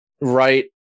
Right